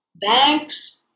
banks